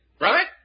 Right